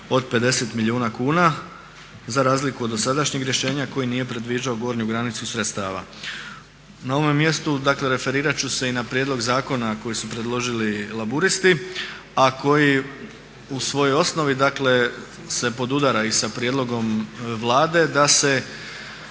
od 50 milijuna kuna za razliku od dosadašnjeg rješenja koje nije predviđalo gornju granicu sredstava. Na ovome mjestu dakle referirat ću se i na prijedlog zakona koji su predložili Laburisti, a koji u svojoj osnovi dakle se podudara i sa prijedlogom Vlade da